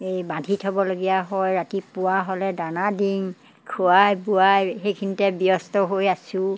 এই বান্ধি থ'বলগীয়া হয় ৰাতিপুৱা হ'লে দানা দিং খোৱাই বোৱাই সেইখিনিতে ব্যস্ত হৈ আছোঁ